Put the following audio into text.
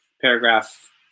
Paragraph